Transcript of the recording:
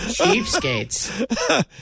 cheapskates